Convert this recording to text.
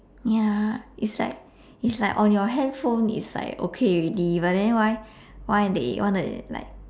ya is like is like on your hand phone is like okay already but then why why they want to like